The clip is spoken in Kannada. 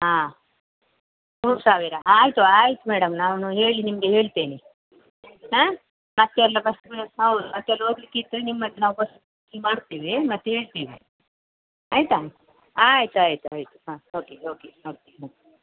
ಹಾಂ ಮೂರು ಸಾವಿರ ಆಯಿತು ಆಯ್ತು ಮೇಡಮ್ ನಾನು ಹೇಳಿ ನಿಮಗೆ ಹೇಳ್ತೇನೆ ಹಾಂ ಮತ್ತೆಲ್ಲ ಬಸ್ಸಿನ ವ್ಯವಸ್ಥೆ ಹೌದು ಮತ್ತೆಲ್ಲಿ ಹೋಗ್ಲಿಕ್ಕಿದ್ರೆ ನಿಮ್ಮನ್ನು ನಾವು ಬಸ್ ಮಾಡ್ತೇವೆ ಮತ್ತೆ ಹೇಳ್ತೀವಿ ಆಯಿತಾ ಆಯ್ತು ಆಯ್ತು ಆಯ್ತು ಹಾಂ ಓಕೆ ಓಕೆ ಓಕೆ ಹಾಂ